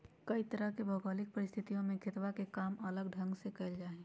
कई तरह के भौगोलिक परिस्थितियन में खेतवा के काम अलग ढंग से कइल जाहई